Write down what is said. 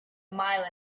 mile